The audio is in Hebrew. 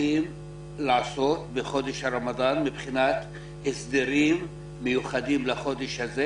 צריכים לעשות בחודש הרמדאן מבחינת הסדרים מיוחדים לחודש הזה?